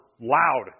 loud